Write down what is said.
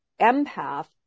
empath